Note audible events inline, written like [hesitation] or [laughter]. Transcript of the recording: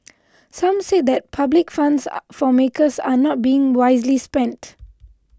some said that public funds [hesitation] for makers are not being wisely spent